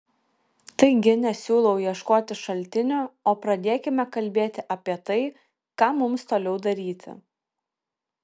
taigi nesiūlau ieškoti šaltinio o pradėkime kalbėti apie tai ką mums toliau daryti